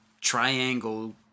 triangle